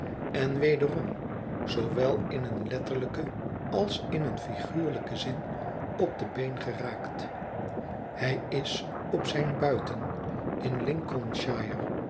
en wederom zoowel in een letterlijken als in een figuurlijken zin op de been geraakt hij is op zijn buiten in lincolnshire